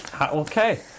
Okay